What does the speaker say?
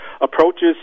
approaches